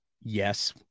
yes